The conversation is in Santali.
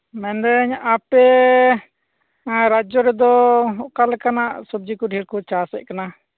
ᱢᱮᱱᱫᱟᱹᱧ ᱟᱯᱮ ᱨᱟᱡᱽᱡᱚ ᱨᱮᱫᱚ ᱚᱠᱟᱞᱮᱠᱟᱱᱟᱜ ᱥᱚᱵᱡᱤ ᱠᱩ ᱰᱷᱮᱨᱠᱩ ᱪᱟᱥᱮᱫ ᱠᱟᱱᱟ